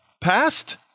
passed